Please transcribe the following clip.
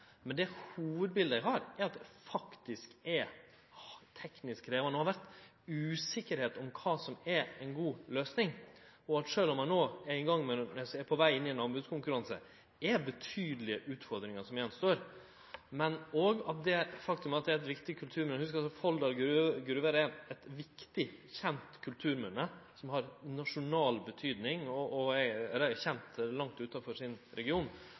Men det hovudbiletet eg har, er at det faktisk er teknisk krevjande og har vore usikkerheit om kva som er ei god løysing, og at det, sjølv om ein no er på veg inn i ein anbodskonkurranse, er betydelege utfordringar som står att. Men òg det faktum at det er eit viktig kulturminne – hugs at Folldal Gruver er eit viktig, kjent kulturminne, som har nasjonal betydning og er kjent langt utanfor sin region